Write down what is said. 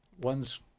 One's